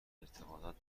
ارتباطات